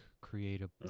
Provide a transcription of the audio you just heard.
creative